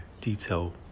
detail